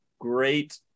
great